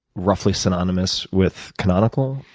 roughly synonymous with canonical,